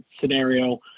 scenario